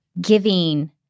giving